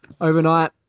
overnight